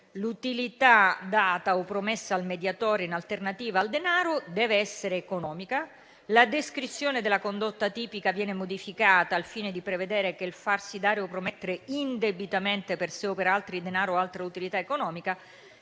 l'utilità data o promessa al mediatore, in alternativa al denaro, dev'essere economica. E ancora, la descrizione della condotta tipica viene modificata al fine di prevedere che il farsi dare o promettere indebitamente per sé o per altri denaro o altre utilità economiche